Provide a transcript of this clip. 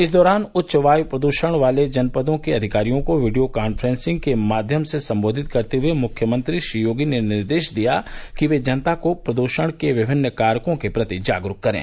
इस दौरान उच्च वायु प्रदूषण वाले जनपदों के अधिकारियों को वीडियो कांफ्रेंसिंग के माध्यम से संबोधित करते हुए मुख्यमंत्री श्री योगी ने निर्देश दिया कि वे जनता को वायु प्रदूषण के विभिन्न कारकों के प्रति जागरूक करें